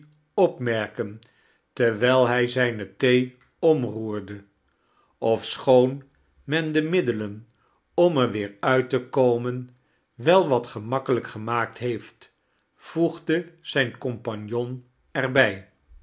opmerken terwijl hij zijne thee omroerde ofschoon men de middelen om er wear uit te komen wel wat gemakkelijk gemaakt heeft voegde zijn compagnon er